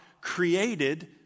created